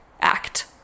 act